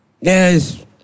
Yes